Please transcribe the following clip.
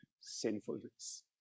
sinfulness